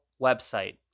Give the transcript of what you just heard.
website